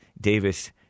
Davis